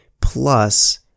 plus